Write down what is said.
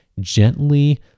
gently